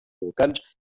volcans